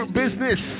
business